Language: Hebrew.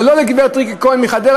אבל לא לגברת ריקי כהן מחדרה,